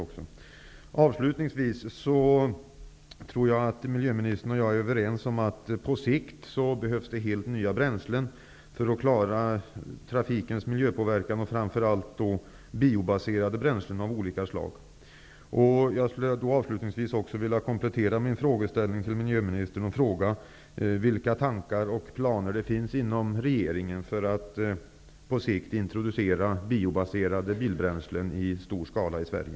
Jag tror att miljöministern och jag är överens om att det på sikt behövs helt nya bränslen för att klara trafikens miljöpåverkan, framför allt biobaserade bränslen av olika slag. Avslutningsvis skulle jag vilja komplettera min fråga till miljöministern. Vilka tankar och planer finns det inom regeringen för att på sikt introducera biobaserade bilbränslen i stor skala i Sverige?